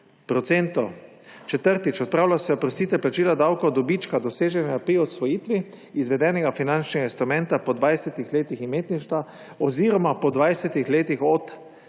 40 %; četrtič, odpravlja se oprostitev plačila davka od dobička, doseženega pri odsvojitvi izvedenega finančnega instrumenta po 20 letih imetništva oziroma po 20 letih od